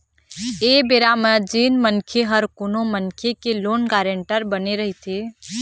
ऐ बेरा म जेन मनखे ह कोनो मनखे के लोन गारेंटर बने रहिथे